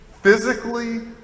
physically